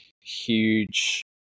huge